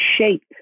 shape